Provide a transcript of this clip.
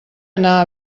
anar